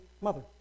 mother